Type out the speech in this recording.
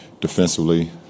defensively